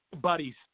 buddies